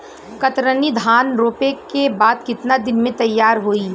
कतरनी धान रोपे के बाद कितना दिन में तैयार होई?